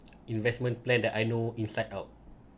investment plan that I know inside out